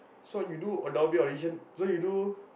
you you do Adobe audition so you do